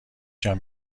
جان